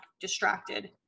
distracted